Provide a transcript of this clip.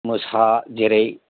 मोसा जेरै